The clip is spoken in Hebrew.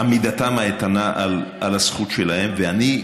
עמידתם האיתנה על הזכות שלהם, ואני,